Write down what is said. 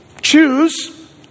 choose